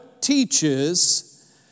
teaches